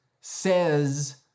says